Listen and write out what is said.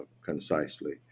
concisely